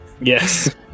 yes